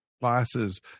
glasses